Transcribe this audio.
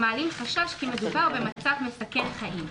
המעלים חשש כי מדובר במצב מסכן חיים: